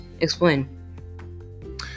Explain